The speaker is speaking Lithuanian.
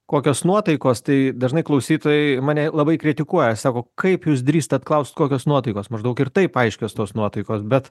kokios nuotaikos tai dažnai klausytojai mane labai kritikuoja sako kaip jūs drįstat klaust kokios nuotaikos maždaug ir taip aiškios tos nuotaikos bet